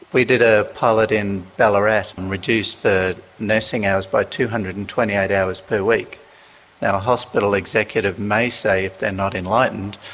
we did a pilot in ballarat and reduced the nursing hours by two hundred and twenty eight hours per week. a hospital executive may say, if they are not enlightened,